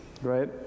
right